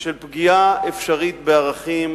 של פגיעה אפשרית בערכים